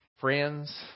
Friends